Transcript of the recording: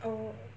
oh